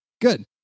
Good